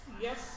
Yes